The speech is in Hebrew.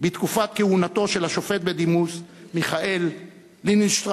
בתקופת כהונתו של השופט בדימוס מיכה לינדנשטראוס,